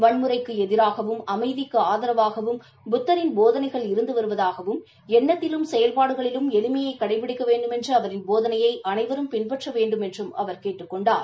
வன்முறைக்கு எதிராகவும் அமைதிக்கு ஆதரவாகவும் புத்தரின் போதனைகள் இருந்து வருவதாகவும் எண்ணத்திலும் செயல்பாடுகளிலும் எளிமையை கடைபிடிக்க வேண்டுமென்ற அவரின் போதளையை அனைவரும் பின்பற்ற வேண்டுமென்றும் அவர் கேட்டுக் கொண்டார்